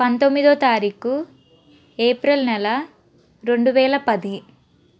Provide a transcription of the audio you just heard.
పంతొమ్మిదో తారీఖు ఏప్రిల్ నెల రెండు వేల పది